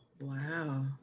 Wow